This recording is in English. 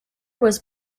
was